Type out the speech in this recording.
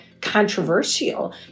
controversial